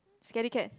scary cat